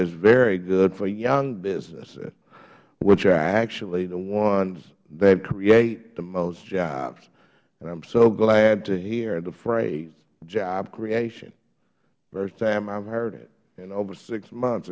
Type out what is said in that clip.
is very good for young businesses which are actually the ones that create the most jobs and i am so glad to hear the phrase job creation first time i have heard it in over six months